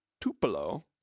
Tupelo